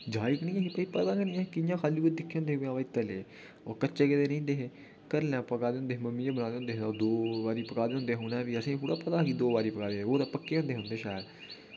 जाच गै नेईं ही भाई पता गै नेईं हा के कि'यां ओह् कच्चे गै रेही जंदे हे घर आह्ले पकाए दे होंदे हे मम्मियै पकाए दे होंदे हे दो बारी पकाए दे होंदे हे उ'नें ते असें गी थोड़ा पता ही कि दो बारी पकाए दे ओह् ते पक्के दे होंदे हे शैल